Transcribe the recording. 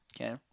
okay